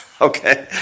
Okay